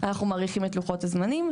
אנחנו מאריכים את לוחות הזמנים,